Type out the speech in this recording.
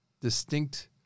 distinct